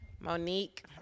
Monique